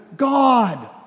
God